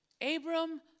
Abram